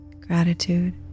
gratitude